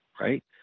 right